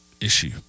issue